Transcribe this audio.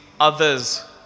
others